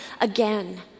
again